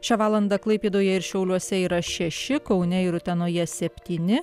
šią valandą klaipėdoje ir šiauliuose yra šeši kaune ir utenoje septyni